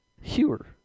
Hewer